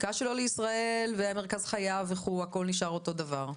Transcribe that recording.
הזיקה שלו לישראל ומרכז חייו הכול נשאר אותו דבר.